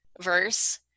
verse